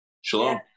Shalom